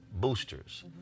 boosters